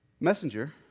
Messenger